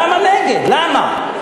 למה נגד, למה?